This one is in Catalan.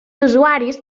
usuaris